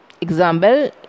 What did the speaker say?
Example